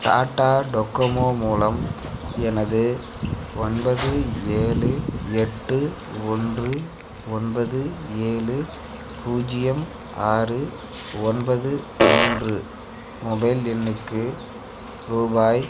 Tata Docomo மூலம் எனது ஒன்பது ஏழு எட்டு ஒன்று ஒன்பது ஏழு பூஜ்ஜியம் ஆறு ஒன்பது மூன்று மொபைல் எண்ணுக்கு ரூபாய்